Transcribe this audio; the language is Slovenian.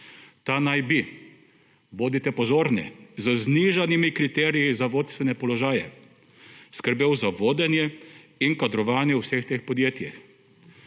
Ta naj bi, bodite pozorni, z znižanimi kriteriji za vodstvene položaje skrbel za vodenje in kadrovanje vseh teh podjetij.